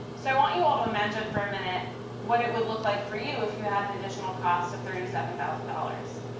so i want you all to imagine for a minute what it would like for you if you had an additional cost of thirty seven thousand dollars.